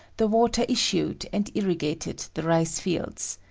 the water issued and irrigated the rice fields.